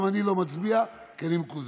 גם אני לא מצביע כי אני מקוזז.